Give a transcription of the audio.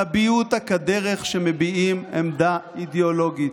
תביעו אותה כדרך שמביעים עמדה אידיאולוגית.